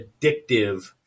addictive